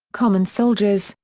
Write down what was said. common soldiers,